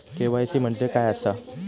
KYC म्हणजे काय आसा?